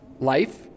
life